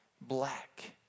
black